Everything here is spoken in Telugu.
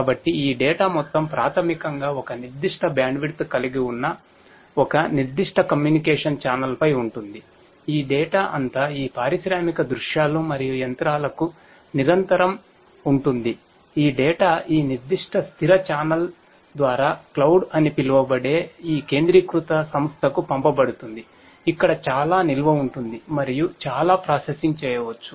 కాబట్టి ఈ డేటా చేయవచ్చు